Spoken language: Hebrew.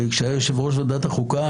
כשהוא היה יושב-ראש ועדת החוקה,